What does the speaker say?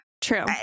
True